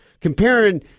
comparing